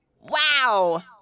Wow